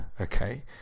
Okay